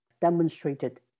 demonstrated